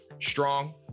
strong